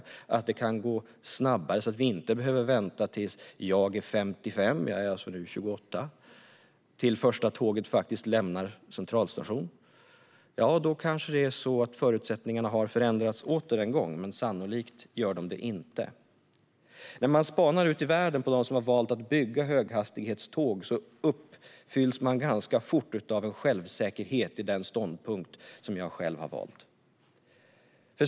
Kan det gå snabbare så att vi inte behöver vänta tills jag är 55 - jag är nu 28 - innan det första tåget lämnar centralstationen? Då kanske förutsättningarna har förändrats ännu en gång, men sannolikt gör de inte det. När man spanar ut i världen på dem som har valt att satsa på höghastighetståg uppfylls man ganska snabbt av självsäkerhet i den ståndpunkt som jag själv har valt.